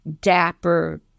dapper